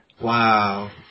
Wow